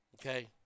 Okay